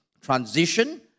transition